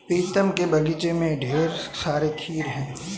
प्रीतम के बगीचे में ढेर सारे खीरे हैं